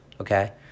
Okay